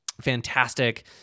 Fantastic